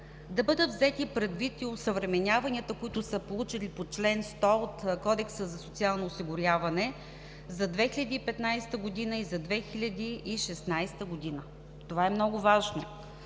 да бъдат взети предвид и осъвременяванията, които са получили по чл. 100 от Кодекса за социално осигуряване за 2015 г. и за 2016 г. Това е много важно.